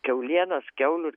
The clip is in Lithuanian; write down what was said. kiaulienos kiaulių